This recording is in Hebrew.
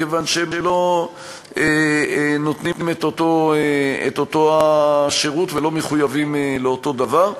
מכיוון שהם לא נותנים את אותו שירות ולא מחויבים לאותו דבר.